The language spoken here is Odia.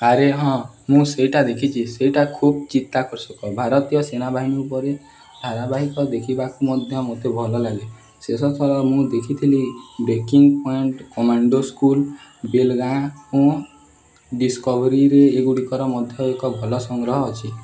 ଆରେ ହଁ ମୁଁ ସେଇଟା ଦେଖିଛି ସେଇଟା ଖୁବ୍ ଚିତ୍ତାକର୍ଷକ ଭାରତୀୟ ସେନାବାହିନୀ ଉପରେ ଧାରାବାହିକ ଦେଖିବାକୁ ମଧ୍ୟ ମୋତେ ଭଲ ଲାଗେ ଶେଷଥର ମୁଁ ଦେଖିଥିଲି breaking point commando school Belgaum ଡିସ୍କଭରୀରେ ଏଗୁଡ଼ିକର ମଧ୍ୟ ଏକ ଭଲ ସଂଗ୍ରହ ଅଛି